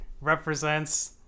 represents